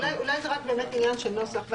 אולי זה רק באמת עניין של נוסח.